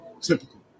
Typical